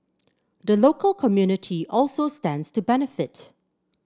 the local community also stands to benefit